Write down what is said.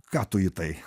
ką tu į tai